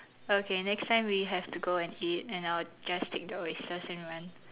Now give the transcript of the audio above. okay next time we have to go and eat and I'll just take the oysters and run